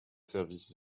services